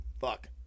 fuck